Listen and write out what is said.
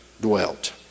dwelt